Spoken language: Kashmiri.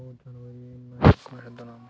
سَتووُہ جَنوری کُنوُہ شیٚتھ دُنَمَتھ